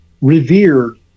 revered